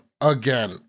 Again